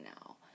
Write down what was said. now